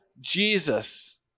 Jesus